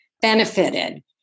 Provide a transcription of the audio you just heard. benefited